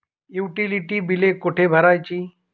Utility बिले कुठे भरायची?